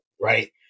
Right